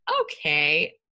okay